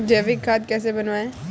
जैविक खाद कैसे बनाएँ?